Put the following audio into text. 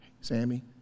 Sammy